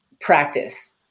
practice